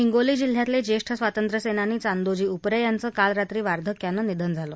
हिंगोली जिल्ह्यातले जेष्ठ स्वातंत्र्यसेनानी चांदोजी उपरे यांचं काल रात्री वार्धक्यानं निधन झालं